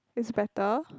it's better